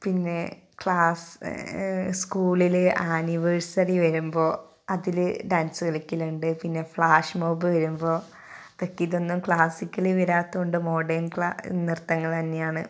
പിന്നെ ക്ലാസ് സ്കൂളിൽ ആനിവേഴ്സറി വരുമ്പോൾ അതിൽ ഡാൻസ് കളിക്കലുണ്ട് പിന്നെ ഫ്ലാഷ് മോബ് വരുമ്പോൾ ഇതൊക്കെ ഇതൊന്നും ക്ലാസിക്കല് വരാത്തതു കൊണ്ട് മോഡേൺ നൃത്തങ്ങൾ തന്നെയാണ്